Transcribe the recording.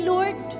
Lord